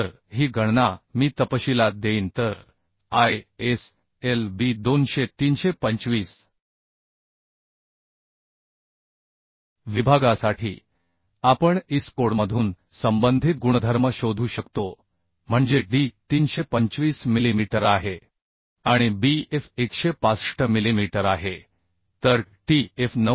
तर ही गणना मी तपशीलात देईन तर ISLB 200 325 विभागासाठी आपण IS कोडमधून संबंधित गुणधर्म शोधू शकतो म्हणजे D 325 मिलीमीटर आहे आणि BF165 मिलीमीटर आहे तर Tf